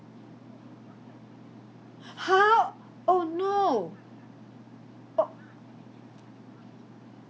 !huh! oh no oo